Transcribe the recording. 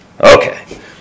Okay